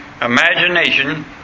Imagination